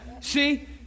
See